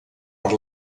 per